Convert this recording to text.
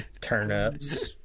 Turnips